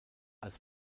als